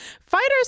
fighters